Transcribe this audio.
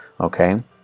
okay